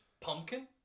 pumpkin